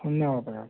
ಧನ್ಯವಾದಗಳು